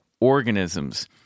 organisms